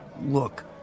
look